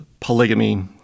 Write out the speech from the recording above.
polygamy